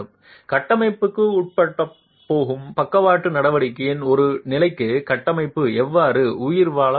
கட்டமைப்புக்கு உட்படப் போகும் பக்கவாட்டு நடவடிக்கையின் ஒரு நிலைக்கு கட்டமைப்பு எவ்வாறு உயிர்வாழப் போகிறது